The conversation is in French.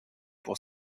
pour